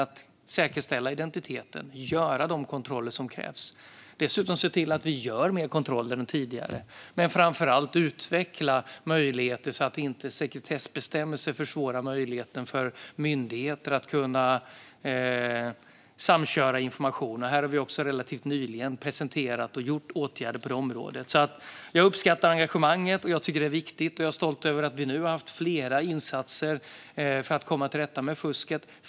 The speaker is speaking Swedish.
Dessutom ska vi se till att göra mer kontroller än tidigare. Framför allt ska vi utveckla möjligheter så att inte sekretessbestämmelser försvårar för myndigheter att samköra information. Vi har också relativt nyligen presenterat och gjort åtgärder på detta område. Jag uppskattar engagemanget, och jag är stolt över att vi nu har haft flera insatser för att komma till rätta med fusket.